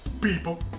People